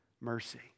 mercy